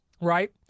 Right